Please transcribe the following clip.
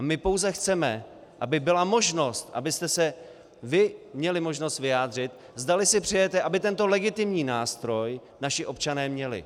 My pouze chceme, aby byla možnost, abyste se vy měli možnost vyjádřit, zdali si přejete, aby tento legitimní nástroj naši občané měli.